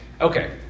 Okay